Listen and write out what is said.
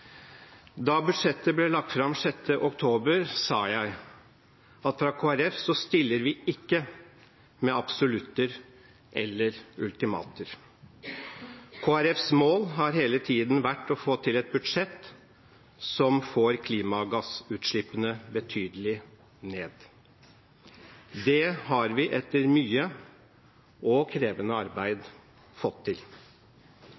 Da budsjettet ble lagt fram 6. oktober, sa jeg at fra Kristelig Folkeparti stiller vi ikke med absolutter eller ultimatumer. Kristelig Folkepartis mål har hele tiden vært å få til et budsjett som får klimagassutslippene betydelig ned. Det har vi etter mye og krevende arbeid